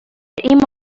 این